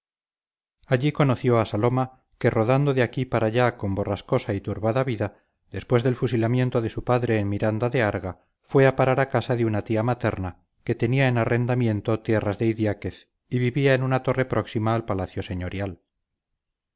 allí conoció a saloma que rodando de aquí para allá con borrascosa y turbada vida después del fusilamiento de su padre en miranda de arga fue a parar a casa de una tía materna que tenía en arrendamiento tierras de idiáquez y vivía en una torre próxima al palacio señorial